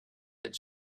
that